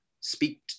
speak